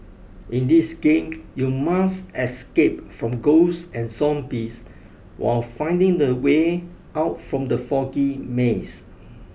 in this game you must escape from ghosts and zombies while finding the way out from the foggy maze